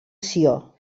sió